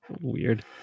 Weird